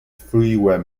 freeware